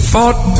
Fought